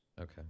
okay